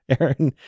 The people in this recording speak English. Aaron